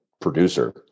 producer